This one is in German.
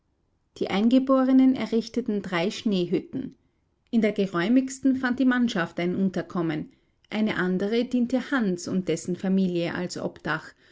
die eingeborenen errichteten drei schneehütten in der geräumigsten fand die mannschaft ein unterkommen eine andere diente hans und dessen familie als obdach